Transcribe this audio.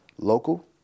local